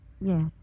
Yes